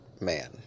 Man